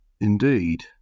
Indeed